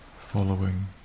following